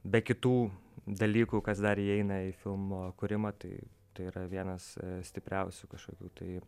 be kitų dalykų kas dar įeina į filmo kūrimą tai tai yra vienas stipriausių kažkokių tai